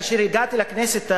כשהגעתי לכנסת,